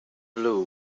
blew